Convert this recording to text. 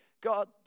God